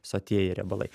sotieji riebalai